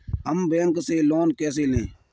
हम बैंक से लोन कैसे लें?